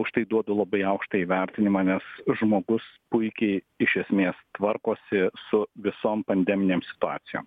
už tai duodu labai aukštą įvertinimą nes žmogus puikiai iš esmės tvarkosi su visom pandeminėm situacijom